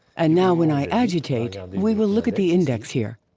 and now when i agitate, we will look at the index here.